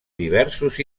diversos